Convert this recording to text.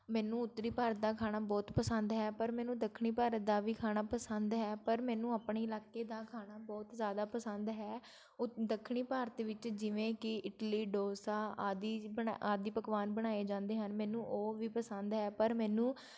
ਮੈਨੂੰ ਉੱਤਰੀ ਭਾਰਤ ਦਾ ਖਾਣਾ ਬਹੁਤ ਪਸੰਦ ਹੈ ਪਰ ਮੈਨੂੰ ਦੱਖਣੀ ਭਾਰਤ ਦਾ ਵੀ ਖਾਣਾ ਪਸੰਦ ਹੈ ਪਰ ਮੈਨੂੰ ਆਪਣੇ ਇਲਾਕੇ ਦਾ ਖਾਣਾ ਬਹੁਤ ਜ਼ਿਆਦਾ ਪਸੰਦ ਹੈ ਉਹ ਦੱਖਣੀ ਭਾਰਤ ਵਿੱਚ ਜਿਵੇਂ ਕਿ ਇਟਲੀ ਡੋਸਾ ਆਦਿ ਬਣਾ ਆਦਿ ਪਕਵਾਨ ਬਣਾਏ ਜਾਂਦੇ ਹਨ ਮੈਨੂੰ ਉਹ ਵੀ ਪਸੰਦ ਹੈ ਪਰ ਮੈਨੂੰ